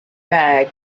bag